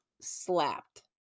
slapped